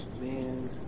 Man